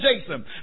Jason